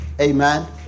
Amen